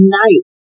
night